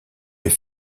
est